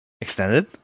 extended